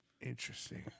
Interesting